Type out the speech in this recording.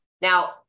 Now